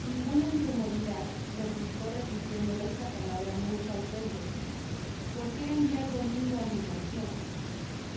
ninguna inco modidad replicó repitiendo esta palabra muchas veces por qué enviar domingo á mi uacion